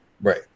Right